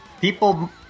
People